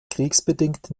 kriegsbedingt